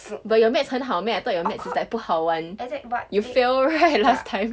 but your maths 很好 meh I thought your maths is like 不好 what you failed right last time